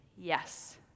yes